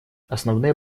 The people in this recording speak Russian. основные